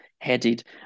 headed